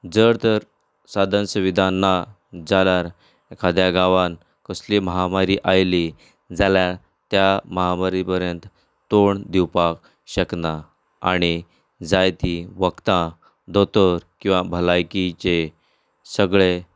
जर तर साधन सुविदा ना जाल्यार एकाद्या गांवांत कसली महामारी आयली जाल्यार त्या महामारी पर्यंत तोंड दिवपाक शकना आनी जाय ती वखदां दोतोर किंवा भलायकीचे सगळें